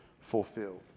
fulfilled